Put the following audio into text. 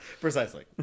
Precisely